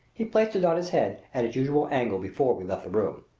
he placed it on his head at its usual angle before we left the room.